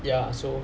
ya so